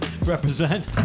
Represent